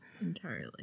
entirely